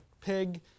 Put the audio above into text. pig